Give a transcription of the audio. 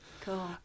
Cool